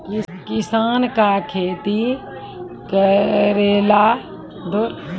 किसान का खेती करेला बैंक से सहायता मिला पारा?